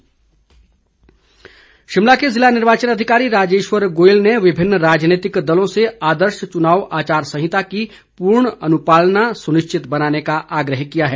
DC Shimla Shimla के जिला निर्वाचन अधिकारी राजेशवर गोयल ने विभिन्न राजनीतिक दलों से आदर्श चुनाव आचार संहिता की पूर्ण अनुपालना सुनिश्चित बनाने का आग्रह किया है